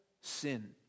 sin